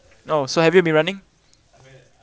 oh so have you been running